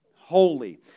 holy